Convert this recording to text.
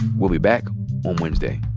we'll be back on wednesday